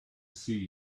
see